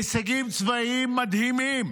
הישגים צבאיים מדהימים